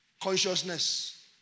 consciousness